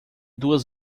duas